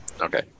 Okay